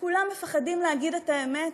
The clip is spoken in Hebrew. וכשכולם מפחדים להגיד את האמת,